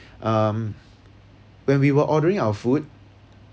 um when we were ordering our food